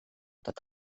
tot